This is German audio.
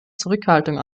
zurückhaltung